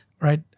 right